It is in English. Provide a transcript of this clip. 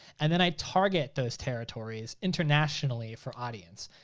and then i target those territories internationally for audience,